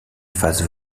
phase